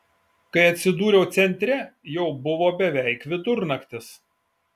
kai atsidūriau centre jau buvo beveik vidurnaktis